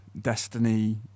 Destiny